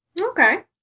Okay